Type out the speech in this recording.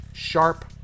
Sharp